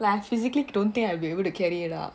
like I physically don't think I will be able to carry it up